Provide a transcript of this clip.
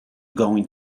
going